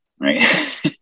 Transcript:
right